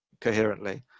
coherently